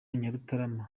nyarutarama